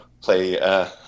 play